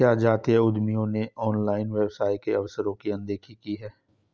क्या जातीय उद्यमियों ने ऑनलाइन व्यवसाय के अवसरों की अनदेखी की है?